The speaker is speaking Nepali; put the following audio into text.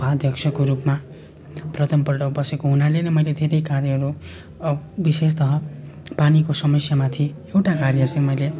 उपाध्यक्षको रूपमा प्रथमपल्ट बसेको हुनाले नै मैले धेरै कार्यहरू विशेषतः पानीको समस्यामाथि एउटा कार्य चाहिँ मैले